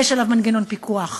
יש עליו מנגנון פיקוח.